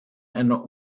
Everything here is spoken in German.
einer